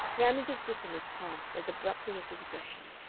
ramage's bitterness passed as abruptly as his aggression.